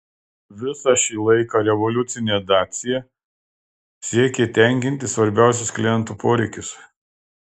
visą šį laiką revoliucinė dacia siekė tenkinti svarbiausius klientų poreikius